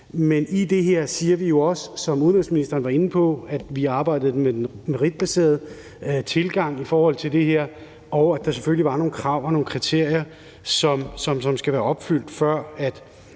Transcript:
Men i det her siger vi jo også, som udenrigsministeren var inde på, at vi arbejder med den meritbaserede tilgang i det her, og at der selvfølgelig er nogle krav og nogle kriterier, som skal være opfyldt, før vi